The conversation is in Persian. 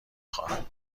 خواهد